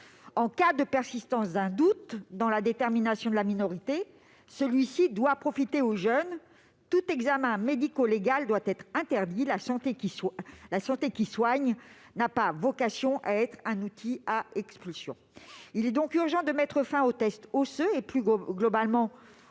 En cas de persistance d'un doute dans la détermination de la minorité, celui-ci doit profiter aux jeunes. Tout examen médico-légal doit être interdit : la santé qui soigne n'a pas vocation à être un outil à expulsion. Il est donc urgent de mettre fin aux tests osseux, plus globalement